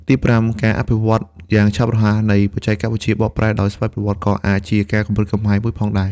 ទីប្រាំ ការអភិវឌ្ឍន៍យ៉ាងឆាប់រហ័សនៃបច្ចេកវិទ្យាបកប្រែដោយស្វ័យប្រវត្តិ ក៏អាចជាការគំរាមកំហែងមួយផងដែរ។